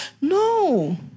No